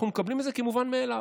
ואנחנו מקבלים את זה כמובן מאליו.